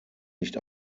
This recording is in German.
nicht